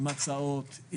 עם הצעות,